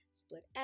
split